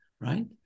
right